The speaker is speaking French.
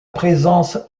présence